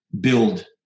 build